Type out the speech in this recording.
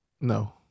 No